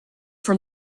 for